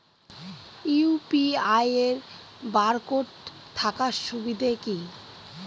UPI এর barcode থাকার সুবিধে কি?